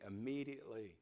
immediately